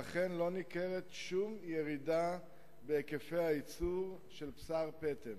ואכן לא ניכרת שום ירידה בהיקפי הייצור של בשר פטם